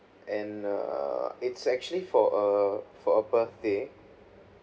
and err it's actually for a for a birthday